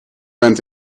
bent